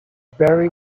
buried